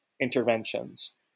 interventions